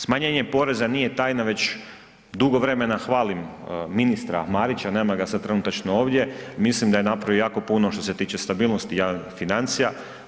Smanjenje poreza nije tajna, već dugo vremena hvalim ministra Marića, nema ga sad trenutačno ovdje, mislim da je napravio jako puno što se tiče stabilnosti javnih financija.